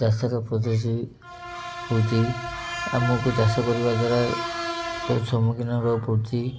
ଚାଷର ପ୍ରଦୂଷି ହଉଚି ଆମକୁ ଚାଷ କରିବା ଦ୍ୱାରା ବହୁତ ସମ୍ମୁଖୀନ ହବାକୁ ପଡ଼ୁଚି